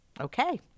Okay